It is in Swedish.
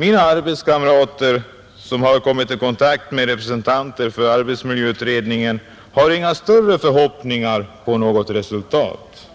Mina arbetskamrater som har kommit i kontakt med representanter för arbetsmiljöutredningen har inga större förhoppningar på något resultat.